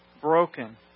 Broken